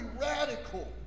radical